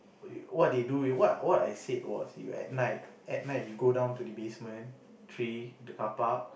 what they do what what I said was you at night at night you go down to basement three the carpark